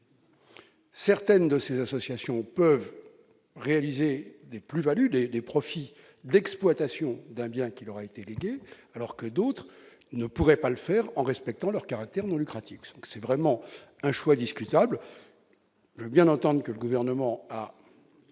Certaines de ces associations peuvent réaliser des plus-values, les les profits d'exploitation d'un bien qui leur a été léguée alors que d'autres ne pourraient pas le faire en respectant leur caractère non lucratif, donc c'est vraiment un choix discutable bien entendu que le gouvernement a